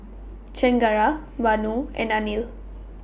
Chengara Vanu and Anil